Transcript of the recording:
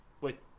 Wait